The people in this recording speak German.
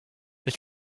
ich